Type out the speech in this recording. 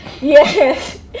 Yes